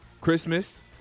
Christmas